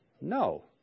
No